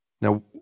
Now